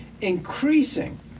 increasing